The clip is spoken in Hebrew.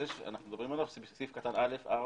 סעיף קטן (א4),